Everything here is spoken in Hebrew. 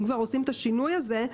אם כבר עושים את השינוי הזה,